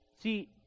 See